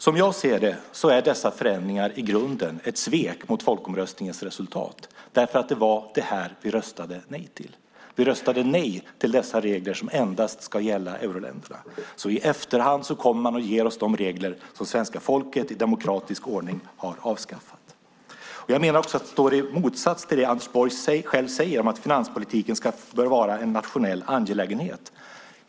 Som jag ser det är dessa förändringar i grunden ett svek mot folkomröstningens resultat. Det var ju det här vi röstade nej till. Vi röstade nej till dessa regler som endast ska gälla euroländerna. I efterhand kommer man nu och ger oss de regler som svenska folket i demokratisk ordning har avskaffat. Jag menar att detta också står i motsats till det Anders Borg själv säger om att finanspolitiken bör vara en nationell angelägenhet.